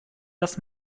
dass